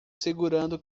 segurando